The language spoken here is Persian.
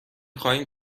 خواهیم